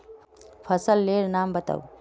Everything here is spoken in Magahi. फसल लेर नाम बाताउ?